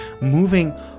moving